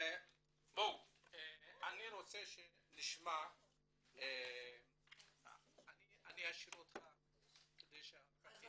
אני רוצה לשמוע מה הסיבה, כי ערב